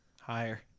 Higher